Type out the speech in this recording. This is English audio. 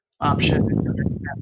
option